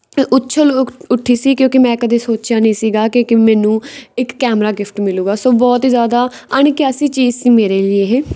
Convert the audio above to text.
ਉਛੱਲ ਉੱਠੀ ਸੀ ਕਿਉਂਕਿ ਮੈਂ ਕਦੇ ਸੋਚਿਆ ਨਹੀਂ ਸੀਗਾ ਕਿਉਂਕਿ ਮੈਨੂੰ ਇੱਕ ਕੈਮਰਾ ਗਿਫਟ ਮਿਲੇਗਾ ਸੋ ਬਹੁਤ ਹੀ ਜ਼ਿਆਦਾ ਅਣਕਿਆਸੀ ਚੀਜ਼ ਸੀ ਮੇਰੇ ਲਈ ਇਹ